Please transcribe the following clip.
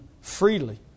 freely